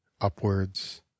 upwards